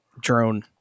drone